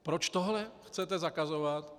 Proč tohle chcete zakazovat?